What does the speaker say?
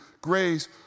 grace